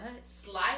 slide